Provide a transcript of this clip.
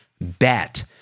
bet